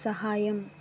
సహాయం